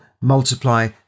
multiply